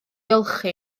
olchi